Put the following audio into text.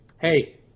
hey